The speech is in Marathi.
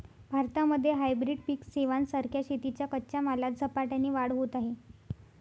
भारतामध्ये हायब्रीड पिक सेवां सारख्या शेतीच्या कच्च्या मालात झपाट्याने वाढ होत आहे